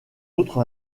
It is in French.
autre